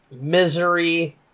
Misery